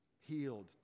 healed